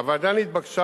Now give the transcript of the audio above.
הוועדה נתבקשה,